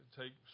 take